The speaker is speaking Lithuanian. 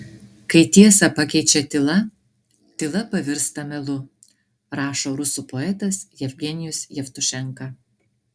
kai tiesą pakeičia tyla tyla pavirsta melu rašo rusų poetas jevgenijus jevtušenka